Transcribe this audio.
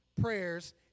prayers